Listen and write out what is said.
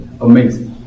amazing